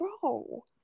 bro